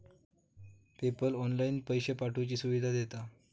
PayPal online पैशे पाठवुची सुविधा देता